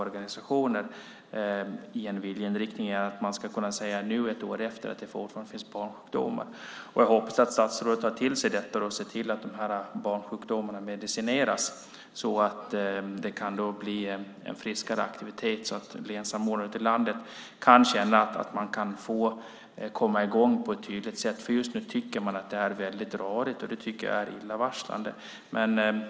Jag tänker på viljeinriktningen och på att man fortfarande, efter ett år, kan tala om barnsjukdomar. Jag hoppas att statsrådet tar till sig detta och ser till att de här barnsjukdomarna medicineras så att det kan bli en friskare aktivitet och så att länssamordnarna ute i landet kan känna att de på ett tydligt sätt kan komma i gång. Just nu tycker man att det är väldigt rörigt. Det tycker jag är illavarslande.